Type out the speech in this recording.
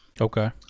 Okay